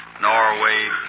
Norway